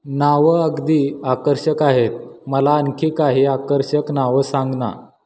नावं अगदी आकर्षक आहेत मला आणखी काही आकर्षक नावं सांग ना